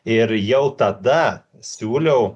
ir jau tada siūliau